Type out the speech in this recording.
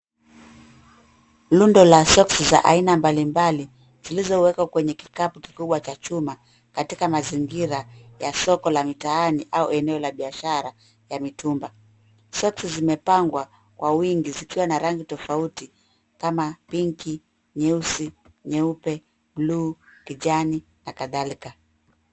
Rundo la socks za aina mbali mbali zilizowekwa kwenye kikapu kikubwa cha chuma katika mazingira ya soko ya mitaani au eneo la biashara ya mitumba. Socks zimepangwa kwa wingi zikiwa na rangi tofauti kama: pinki , nyeusi, nyeupe, bluu, kijani na kadhalika.